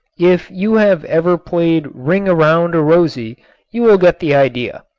if you have ever played ring-around-a-rosy you will get the idea.